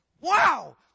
wow